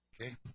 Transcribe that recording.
Okay